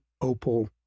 Opal